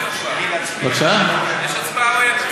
אין הצבעה?